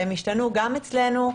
והן השתנו גם אצלנו,